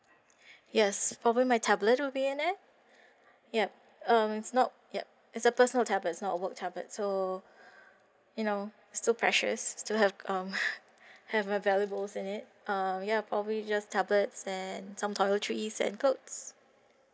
yes over my tablet will be in it yup um it's not yup it's a personal tablet it's not a work tablet so you know so precious to have um have my valuables in it um ya probably just tablets then some toiletries and clothes